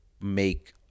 make